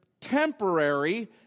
temporary